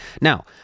Now